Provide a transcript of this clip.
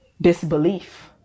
disbelief